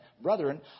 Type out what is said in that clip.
brethren